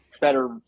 better